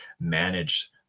manage